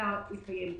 ואפשר לקיים אותם.